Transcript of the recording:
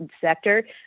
sector